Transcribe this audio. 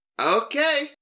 Okay